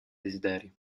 desideri